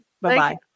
Bye-bye